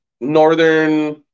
northern